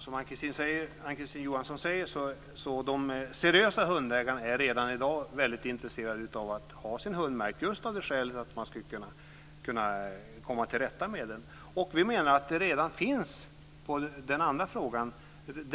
Fru talman! Som Ann-Kristine Johansson säger är de seriösa hundägarna redan i dag väldigt intresserade av att ha sina hundar märkta, just av det skälet att man ska kunna komma till rätta med det här. Vi menar att det redan